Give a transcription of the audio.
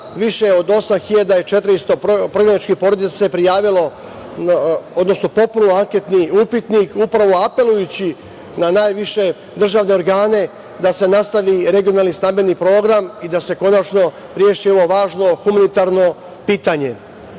Više od 8.400 prognaničkih porodica se prijavilo, odnosno popunilo anketni upitnik upravo apelujući na najviše državne organe da se nastavi regionalni stambeni program i da se konačno reši ovo važno humanitarno pitanje. Pored